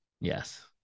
yes